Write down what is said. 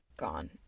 gone